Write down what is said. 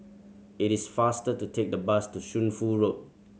it is faster to take the bus to Shunfu Road